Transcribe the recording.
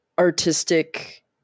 Artistic